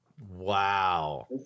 wow